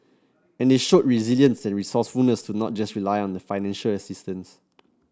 and they show resilience and resourcefulness to not just rely on the financial assistance